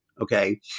okay